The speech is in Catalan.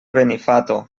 benifato